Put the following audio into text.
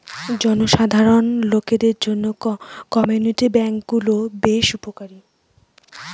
জনসাধারণ লোকদের জন্য কমিউনিটি ব্যাঙ্ক গুলো বেশ উপকারী